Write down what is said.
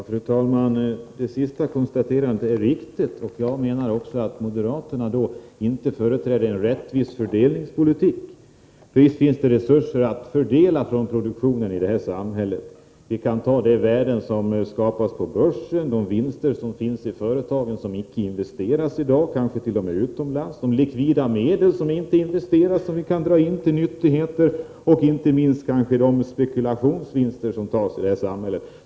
Fru talman! Det senaste konstaterandet är riktigt. Jag menar att moderaterna inte företräder en rättvis fördelningspolitik. Visst finns det resurser att fördela från produktionen i det här samhället! Jag kan nämna de värden som skapas på börsen, de vinster som görs i företagen men som inte investeras i dag och kanske t.o.m. förs utomlands. Jag kan vidare nämna de likvida medel som inte investeras men som vi kan dra in till nyttigheter — och inte minst de spekulationsvinster som görs i detta samhälle.